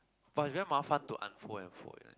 but is very mafan to unfold and fold eh